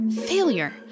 failure